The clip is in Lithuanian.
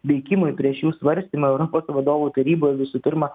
veikimui prie šių svarstymų europos vadovų taryboj visų pirma